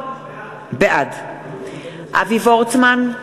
בעד אבי וורצמן,